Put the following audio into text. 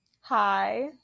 Hi